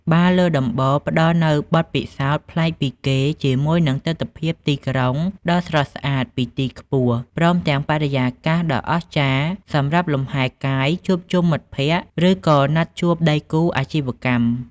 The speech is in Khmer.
បារលើដំបូលផ្ដល់នូវបទពិសោធន៍ប្លែកពីគេ ជាមួយនឹងទិដ្ឋភាពទីក្រុងដ៏ស្រស់ស្អាតពីទីខ្ពស់ ព្រមទាំងបរិយាកាសដ៏អស្ចារ្យសម្រាប់លំហែកាយ ជួបជុំមិត្តភក្តិ ឬក៏ណាត់ជួបដៃគូអាជីវកម្ម។